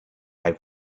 have